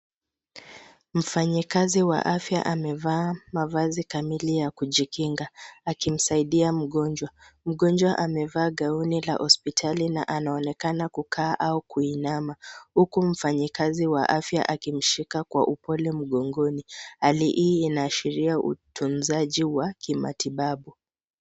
Mfanyikazi wa afya amevaa mavazi kamili ya kujikinga akimsaidia mgonjwa. Mgonjwa amevaa gauni la hospitali na anaonekana kukaa au kuinama huku mfanyikazi wa afya akimshika kwa upole mgongoni. Hali hii inaashiria utunzaji wa kimatibabu.